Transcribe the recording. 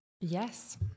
Yes